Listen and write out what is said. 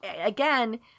again